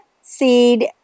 seed